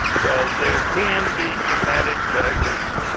so there can be dramatic failures.